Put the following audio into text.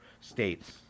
states